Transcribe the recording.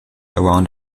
around